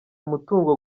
umutungo